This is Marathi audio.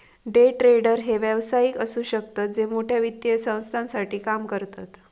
डे ट्रेडर हे व्यावसायिक असु शकतत जे मोठ्या वित्तीय संस्थांसाठी काम करतत